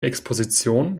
exposition